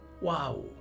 Wow